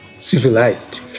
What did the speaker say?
civilized